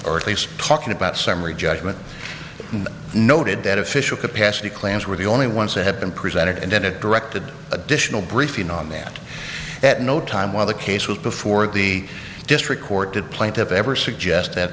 or at least talking about summary judgment noted that official capacity claims were the only ones that had been presented and then a directed additional briefing on that at no time while the case was before the district court did plaintiffs ever suggest that